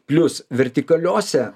plius vertikaliose